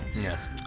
Yes